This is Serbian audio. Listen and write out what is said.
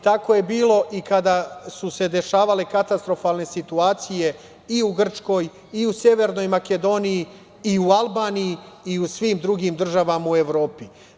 Tako je bilo i kada su se dešavale katastrofalne situacije i u Grčkoj i u Severnoj Makedoniji i u Albaniji i u svim drugim državama u Evropi.